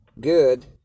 good